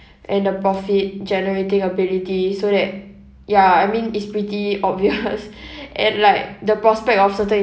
and the profit generating ability so that ya I mean it's pretty obvious and like the prospect of certain